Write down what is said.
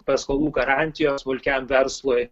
paskolų garantijos smulkiam verslui